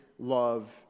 Love